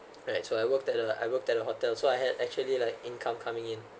right so I worked at a I worked at a hotel so I had actually like income coming in